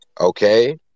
Okay